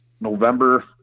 November